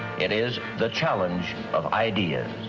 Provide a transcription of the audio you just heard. it is the challenge of ideas.